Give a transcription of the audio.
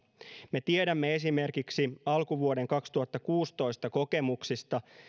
me tiedämme esimerkiksi alkuvuoden kaksituhattakuusitoista kokemuksista